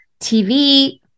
TV